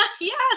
yes